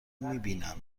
میبینن